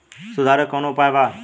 सुधार के कौनोउपाय वा?